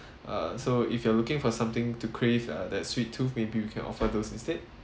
uh so if you are looking for something to crave uh that sweet too maybe we can offer those instead